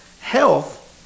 health